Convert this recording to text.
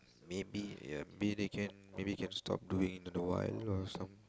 maybe ya maybe they can maybe can stop doing it in a while or some